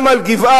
גם על גבעת-זאב,